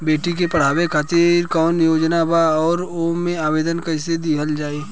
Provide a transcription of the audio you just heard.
बेटी के पढ़ावें खातिर कौन योजना बा और ओ मे आवेदन कैसे दिहल जायी?